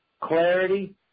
Clarity